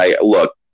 look